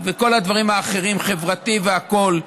חברתי והכול,